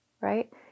right